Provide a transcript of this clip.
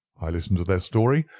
i listen to their story,